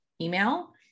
email